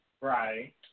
Right